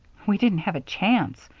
we didn't have a chance,